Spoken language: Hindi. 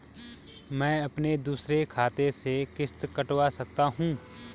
मैं अपने दूसरे खाते से किश्त कटवा सकता हूँ?